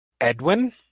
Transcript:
Edwin